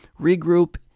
regroup